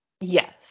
Yes